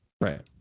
Right